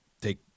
take